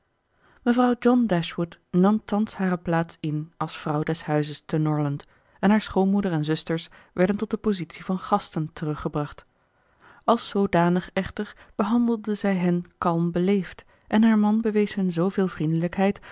mevrouw john dashwood nam thans hare plaats in als vrouw des huizes te norland en haar schoonmoeder en zusters werden tot de positie van gasten teruggebracht als zoodanig echter behandelde zij hen kalm beleefd en haar man bewees hun zooveel vriendelijkheid